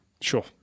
sure